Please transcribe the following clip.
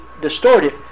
distorted